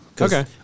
Okay